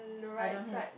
I don't have